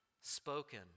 spoken